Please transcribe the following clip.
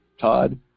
Todd